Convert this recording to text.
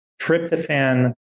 tryptophan